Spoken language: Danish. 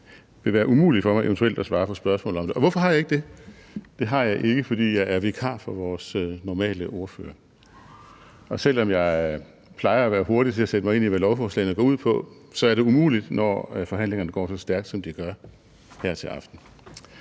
det vil være umuligt for mig eventuelt at svare på spørgsmål om det. Og hvorfor har jeg ikke det? Det har jeg ikke, fordi jeg er vikar for vores normale ordfører, og selv om jeg plejer at være hurtig til at sætte mig ind i, hvad lovforslagene går ud på, så er det umuligt, når forhandlingerne går så stærkt, som de gør her til aften.